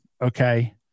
okay